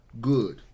good